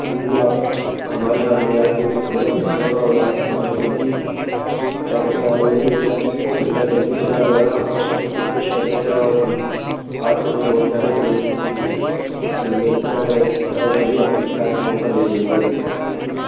जी जी आप हमारे यहाँ ले आके उसको बदल सकते हैं और हमने कभी ऐसे चावल नहीं बेचा हो सकता है गलती से चला गया हो हम कष्टमर्ज़ को संतुष्ट करते हैं और हम आज से नहीं बहुत पहले से इस धंधे को कर रहे हैं और कभी आपको शिकायत का मौका नहीं देंगे